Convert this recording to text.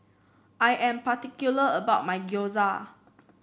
I am particular about my Gyoza